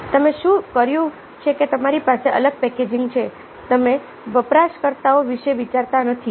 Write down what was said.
તમે શું કર્યું છે કે તમારી પાસે અલગ પેકેજિંગ છે જે તમે વપરાશકર્તાઓ વિશે વિચારતા નથી